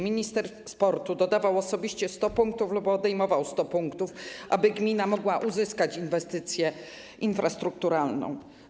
Minister sportu osobiście dodawał 100 punktów lub odejmował 100 punktów, aby gmina mogła uzyskać inwestycję infrastrukturalną.